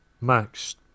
Max